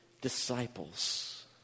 disciples